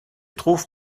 trouve